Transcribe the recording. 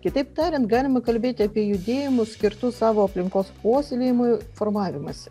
kitaip tariant galima kalbėti apie judėjimų skirtus savo aplinkos puoselėjimui formavimąsi